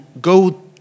go